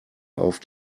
auf